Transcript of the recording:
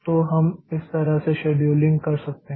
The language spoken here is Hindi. तो हम इस तरह से शेड्यूलिंग कर सकते हैं